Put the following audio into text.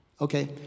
Okay